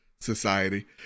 society